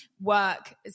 work